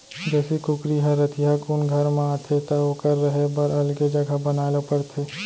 देसी कुकरी ह रतिहा कुन घर म आथे त ओकर रहें बर अलगे जघा बनाए ल परथे